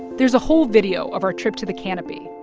there's a whole video of our trip to the canopy.